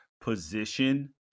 position